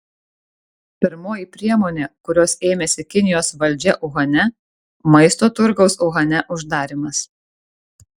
pirmoji priemonė kurios ėmėsi kinijos valdžia uhane maisto turgaus uhane uždarymas